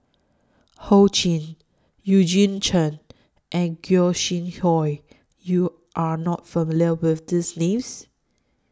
Ho Ching Eugene Chen and Gog Sing Hooi YOU Are not familiar with These Names